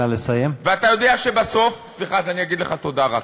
ואתה יודע שבסוף, תודה.